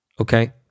okay